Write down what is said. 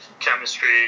chemistry